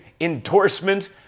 endorsement